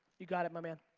you got it, my man.